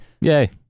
Yay